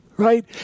Right